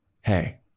hey